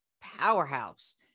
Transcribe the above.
powerhouse